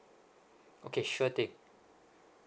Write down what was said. okay sure thing